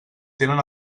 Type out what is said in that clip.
tenen